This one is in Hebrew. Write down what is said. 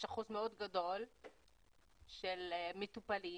יש אחוז מאוד גדול של מטופלים